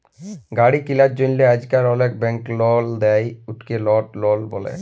গাড়ি কিলার জ্যনহে আইজকাল অলেক ব্যাংক লল দেই, উটকে অট লল ব্যলে